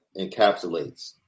encapsulates